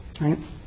right